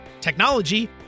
technology